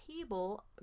table